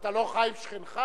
אתה לא חי עם שכניך?